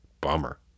Bummer